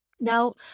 Now